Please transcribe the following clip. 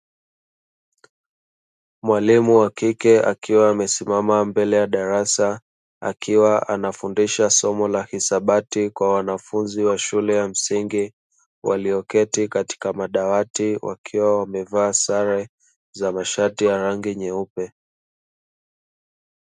Mwalimu wa kike, akiwa amesimama mbele ya darasa, akiwa anafundisha somo la hisabati kwa wanafunzi wa shule ya msingi walioketi katika madawati, wakiwa wamevaa sare za mashati ya rangi nyeupe.